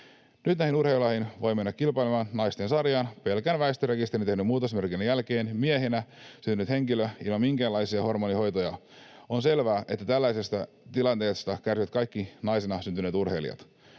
Nyt näihin urheilulajeihin voi mennä kilpailemaan naisten sarjaan miehenä syntynyt henkilö pelkän väestörekisteriin tehdyn muutosmerkinnän jälkeen ilman minkäänlaisia hormonihoitoja. On selvää, että tällaisesta tilanteesta kärsivät kaikki naisina syntyneet urheilijat.